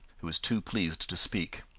who was too pleased to speak.